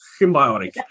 Symbiotic